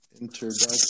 introduction